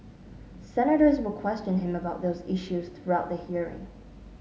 senators will question him about those issues throughout the hearing